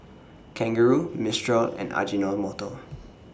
Kangaroo Mistral and Ajinomoto